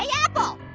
ah yeah apple!